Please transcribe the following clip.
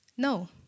No